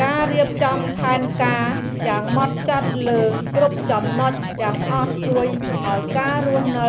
ការរៀបចំផែនការយ៉ាងហ្មត់ចត់លើគ្រប់ចំណុចទាំងអស់ជួយឱ្យការរស់នៅ